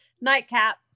nightcap